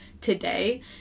today